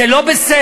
זה לא בסדר.